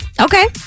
Okay